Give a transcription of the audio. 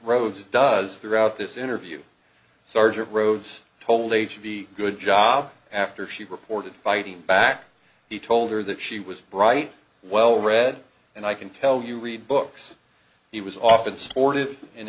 rhodes does throughout this interview sergeant rhodes told age of the good job after she reported fighting back he told her that she was bright well read and i can tell you read books he was often supportive and